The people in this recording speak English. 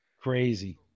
Crazy